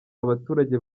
abaturage